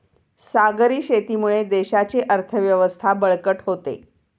सागरी शेतीमुळे देशाची अर्थव्यवस्था बळकट होते